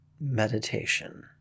meditation